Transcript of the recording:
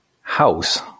house